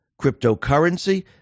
cryptocurrency